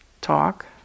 talk